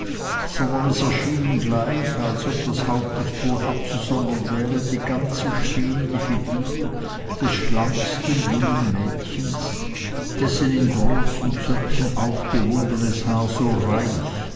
sondern es erschien gleich als ob das haupt nicht wohl abzusondern wäre die ganze stehende figur des schlanksten jungen mädchens dessen in großen zöpfen aufgewundenes haar so reich